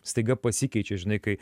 staiga pasikeičia žinai kai